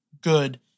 good